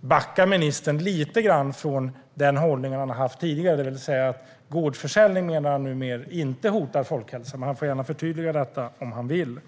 backade ministern lite grann från den hållning han haft tidigare. Han menar numera att gårdsförsäljning inte hotar folkhälsan. Han får gärna förtydliga detta om han vill.